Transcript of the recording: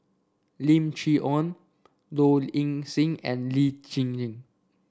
Lim Chee Onn Low Ing Sing and Lee Tjin